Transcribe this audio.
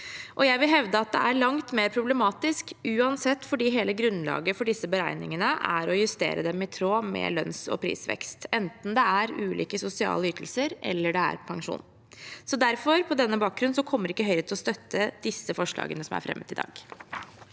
Jeg vil hevde at det er langt mer problematisk uansett fordi hele grunnlaget for disse beregningene er å justere dem i tråd med lønns- og prisvekst, enten det er ulike sosiale ytelser eller pensjon. På denne bakgrunn kommer ikke Høyre til å støtte disse forslagene som er fremmet i dag.